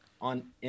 on